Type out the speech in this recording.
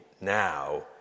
now